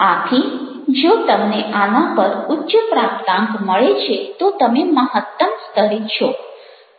આથી જો તમને આના પર ઉચ્ચ પ્રાપ્તાંક મળે તો તમે મહત્તમ સ્તરે છો